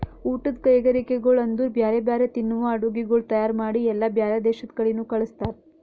ಊಟದ್ ಕೈಗರಿಕೆಗೊಳ್ ಅಂದುರ್ ಬ್ಯಾರೆ ಬ್ಯಾರೆ ತಿನ್ನುವ ಅಡುಗಿಗೊಳ್ ತೈಯಾರ್ ಮಾಡಿ ಎಲ್ಲಾ ಬ್ಯಾರೆ ದೇಶದ ಕಡಿನು ಕಳುಸ್ತಾರ್